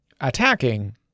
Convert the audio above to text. Attacking